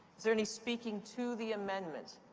is there any speaking to the amendment?